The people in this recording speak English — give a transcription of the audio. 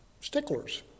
sticklers